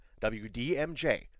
WDMJ